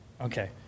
Okay